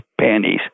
panties